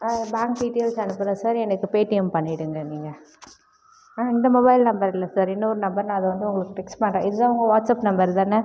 ஆ bank details அனுப்புகிறேன் sir எனக்கு Paytm பண்ணிவிடுங்க நீங்கள் ஆ இந்த மொபைல் நம்பர் இல்லை சார் இன்னொரு நம்பர் நான் அது வந்து உங்களுக்கு டெக்ஸ்ட் பண்ணுற இது தான் உங்கள் வாட்ஸப் நம்பரு தானே